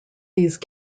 these